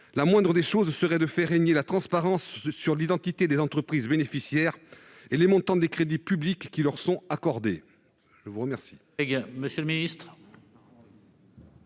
la moindre des choses serait de faire régner la transparence sur l'identité des entreprises bénéficiaires et les montants de crédits publics qui leur sont accordés.